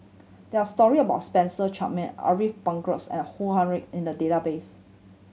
there are story about Spencer Chapman Ariff Bongso and Ong Ah Hoi in the database